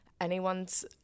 anyone's